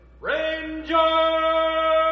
Ranger